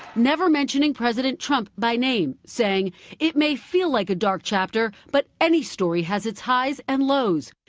never mentioning president trump by name, saying it may feel like a dark chapter, but any story has its highs and lows.